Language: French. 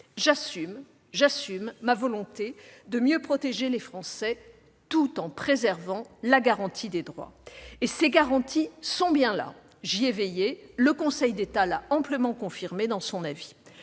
J'assume ma volonté de mieux protéger les Français tout en préservant la garantie des droits. Et ces garanties sont bien là, j'y ai veillé. Le Conseil d'État l'a amplement confirmé dans son avis.